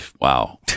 wow